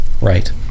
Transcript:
right